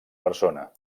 persona